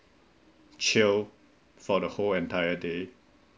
chill for the whole entire day